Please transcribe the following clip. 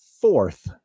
fourth